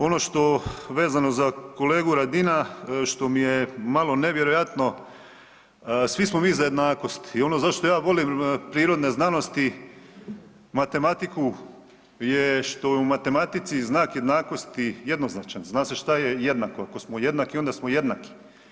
Ono što vezano za kolegu Radina, što mi je malo nevjerojatno, svi smo mi za jednakost i ono zašto ja volim prirodne znanosti, matematiku, je što je u matematici znak jednakosti jednoznačan, zna se šta je jednako, ako smo jednaki onda smo jednaki.